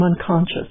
unconscious